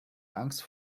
angst